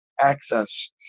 access